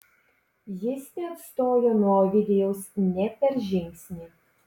jis neatstojo nuo ovidijaus nė per žingsnį